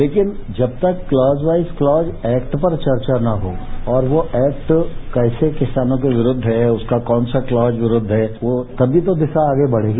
लेकिन जब तक क्लॉज वाइज क्लॉज एक्ट पर चर्चा न हो और वो एक्ट ऐसे किसानों के विरूद्व है उनका कौन सा क्लॉज विरूद्व है वो तभी तो दिशा आगे बढ़ेगी